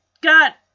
got